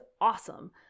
awesome